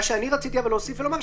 מה שרציתי להוסיף ולומר,